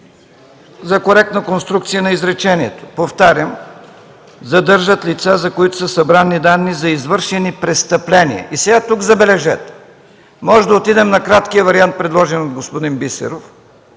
за коректна конструкция на изречението. Повтарям: „задържат лица, за които са събрани данни за извършени престъпления…”. Забележете, тук можем да отидем на краткия вариант, предложен от господин Бисеров: